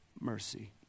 mercy